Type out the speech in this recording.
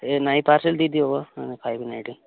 ହେ ନାଇଁ ପାର୍ସଲ୍ ଦେଇ ଦିଅ ଖାଇବିନି ଏଠି